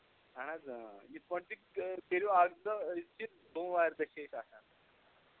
اَہن حظ اۭں یِتھ پٲٹھۍ تہِ کٔرِو اکھ زٕ دۄہ أسۍ چھِ بوٚموارِ دۄہ چھِ أسۍ آسان